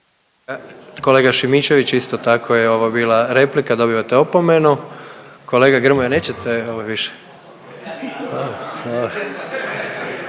Kolega Šimičević, isto tako je ovo bila replika, dobivate opomenu. Kolega Grmoja, nećete ovaj više.